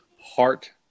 heart